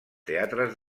teatres